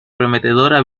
prometedora